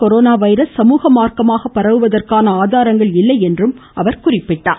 corona virus சமூக மாா்க்கமாக பரவுவதற்கான நம்நாட்டில் ஆதாரங்கள் இல்லையென்றும் அவர் குறிப்பிட்டார்